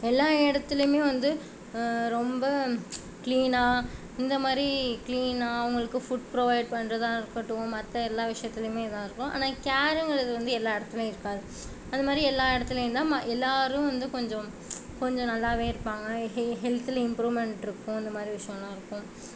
எல்லா இடத்துலையுமே வந்து ரொம்ப க்ளீனாக இந்தமாதிரி க்ளீனாக அவங்களுக்கு ஃபுட் ப்ரொவைட் பண்ணுறதா இருக்கட்டும் மற்ற எல்லா விஷயத்துலையுமே இதுதான் இருக்கும் ஆனால் கேர்ங்கிறது வந்து எல்லா இடத்துலையும் இருக்காது அதுமாதிரி எல்லா இடத்துலையுந்தான் எல்லோரும் வந்து கொஞ்சம் கொஞ்சம் நல்லாவே இருப்பாங்க ஹெ ஹெல்த்தில் இம்ப்ரூவ்மென்ட் இருக்கும் இந்தமாதிரி விஷயமெல்லாம் இருக்கும்